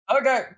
Okay